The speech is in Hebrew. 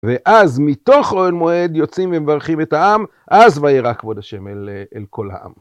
ואז מתוך אהל מועד יוצאים ומברכים את העם, אז וירא כבוד השם אל כל העם.